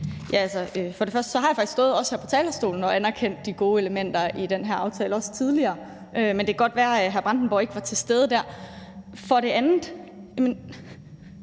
(RV): For det første har jeg faktisk også stået her på talerstolen og anerkendt de gode elementer i den her aftale, også tidligere, men det kan godt være, at hr. Bjørn Brandenborg ikke var til stede der. For det andet